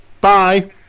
Bye